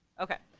okay.